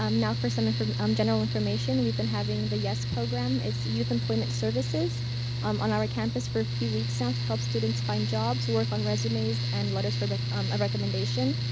um now, for some and um general information, we've been having the yes program. it's youth employment services um on our campus for a few weeks now to help students find jobs, work on resumes and letters for but um recommendation.